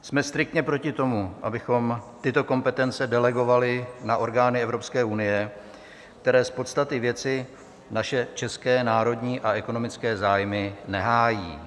Jsme striktně proti tomu, abychom tyto kompetence delegovali na orgány Evropské unie, které z podstaty věci naše české národní a ekonomické zájmy nehájí.